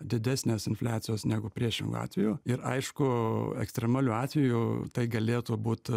didesnės infliacijos negu priešingu atveju ir aišku ekstremaliu atveju tai galėtų būt